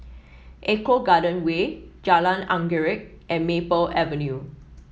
Eco Garden Way Jalan Anggerek and Maple Avenue